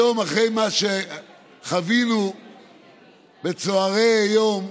היום, אחרי מה שחווינו בצוהרי היום,